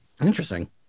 Interesting